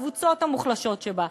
הקבוצות המוחלשות שבה,